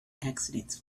accidents